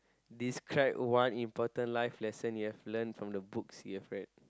describe one important life lesson you have learnt from the books you've read